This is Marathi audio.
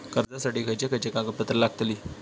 कर्जासाठी खयचे खयचे कागदपत्रा लागतली?